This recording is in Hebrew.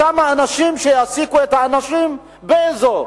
אותם האנשים שיעסיקו את האנשים באזור,